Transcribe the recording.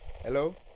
Hello